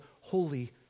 Holy